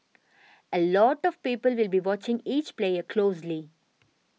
a lot of people will be watching each player closely